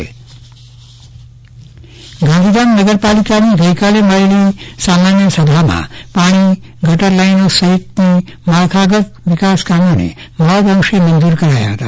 ચંદ્રવદન પટ્ટણી ગાંધીધામ નગરપાલિકા ગાંધીધામ નગરપાલિકાની ગઈકાલે મળેલી સામાન્ય સભામાં પાણી ગટર લાઈનો સહિતના માળખાગતવિકાસ કામોને મહદઅંશે મંજૂર કરાયા હતા